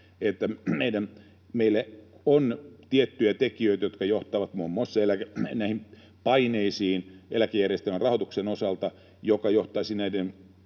meillä on tiettyjä tekijöitä, jotka johtavat muun muassa näihin paineisiin eläkejärjestelmän rahoituksen osalta, mikä johtaisi